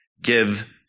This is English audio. Give